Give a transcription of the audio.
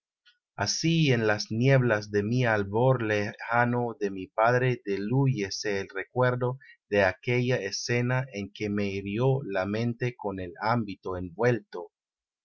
asi en las nieblas de mi albor lejano de mi padre dilúyese el recuerdo de aquella escena en que me hirió la mente ion el ámbito envuelto